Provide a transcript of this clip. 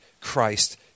Christ